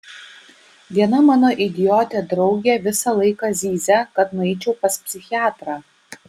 viena mano idiotė draugė visą laiką zyzia kad nueičiau pas psichiatrą